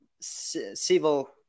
civil